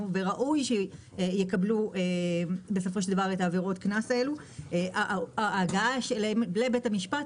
וראוי שיקבלו את עבירות הקנס האלו וההגעה שלהם לבתי המשפט